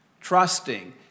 trusting